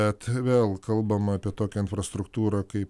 bet vėl kalbama apie tokią infrastruktūrą kaip